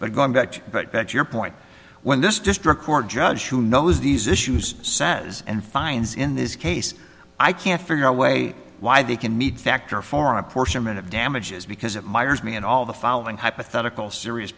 but going back to that your point when this district court judge who knows these issues says and finds in this case i can't figure out a way why they can meet factor for apportionment of damages because it miers me and all the following hypothetical serious